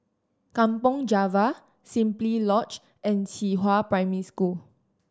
Kampong Java Simply Lodge and Qihua Primary School